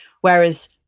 whereas